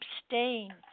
abstain